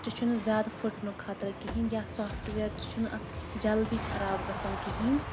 تتھ تہِ چھُنہٕ زیٛادٕ فُٹنُک خطرٕ کہیٖنۍ یا سافٹ ویر تہِ چھُنہٕ اَتھ جلدی خراب گژھان کہیٖنۍ